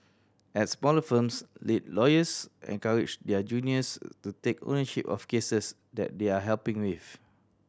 at smaller firms lead lawyers encourage their juniors to take ownership of cases that they are helping with